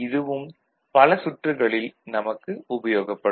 இதுவும் பலச் சுற்றுகளில் நமக்கு உபயோகப்படும்